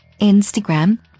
Instagram